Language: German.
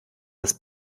das